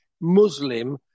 Muslim